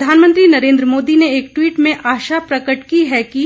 प्रधानमंत्री नरेन्द्र मोदी ने एक ट्वीट में आशा प्रकट की है कि